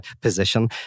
position